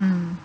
mm